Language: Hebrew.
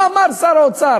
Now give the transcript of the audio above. מה אמר שר האוצר?